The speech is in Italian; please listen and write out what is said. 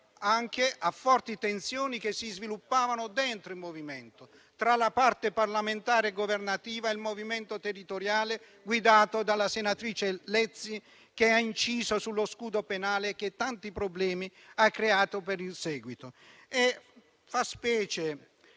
altresì forti tensioni che si svilupparono dentro il Movimento, tra la parte parlamentare e governativa e il movimento territoriale guidato dalla senatrice Lezzi, che ha inciso sullo scudo penale che tanti problemi ha creato in seguito. Fa specie